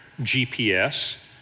GPS